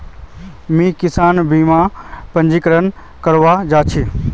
मुई किसान बीमार पंजीकरण करवा जा छि